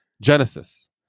Genesis